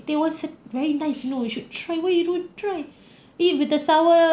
there was a very nice you know you should try why you don't want to try eh with the sour